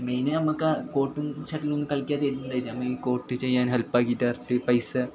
മെയിനായി നമുക്കാ കോട്ടും ഷട്ടിലും കളിക്കാതിരുന്നിട്ടുണ്ടായില്ല അപ്പോൾ ഈ കോട്ട് ചെയ്യാൻ ഹെൽപ് ആക്കിയിട്ടവർക്ക് പൈസ